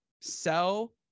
sell